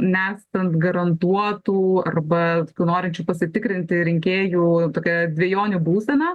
nesant garantuotų arba norinčių pasitikrinti rinkėjų tokią dvejonių būseną